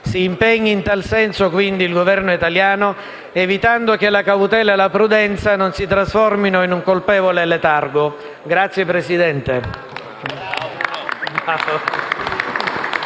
Si impegni in tal senso, quindi, il Governo italiano evitando che la cautela e la prudenza non si trasformino in colpevole letargo. *(Applausi